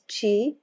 chi